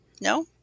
No